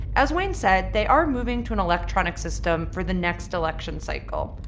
as wayne said, they are moving to an electronic system for the next election cycle,